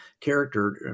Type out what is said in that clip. character